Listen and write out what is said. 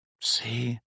See